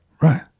Right